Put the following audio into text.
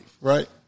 right